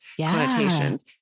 connotations